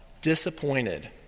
disappointed